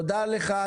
תודה לך.